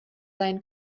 sein